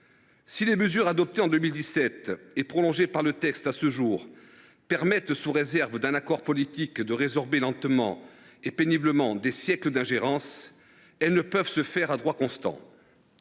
Si les mesures adoptées en 2017 et prolongées par ce texte permettent, sous réserve d’un accord politique, de résorber lentement et péniblement l’effet de siècles d’ingérence, elles ne sauraient se faire à droit constant.